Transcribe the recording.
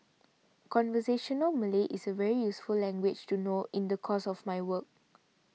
conversational Malay is a very useful language to know in the course of my work